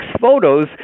photos